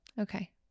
Okay